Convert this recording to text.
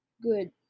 good